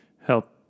help